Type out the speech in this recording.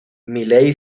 miley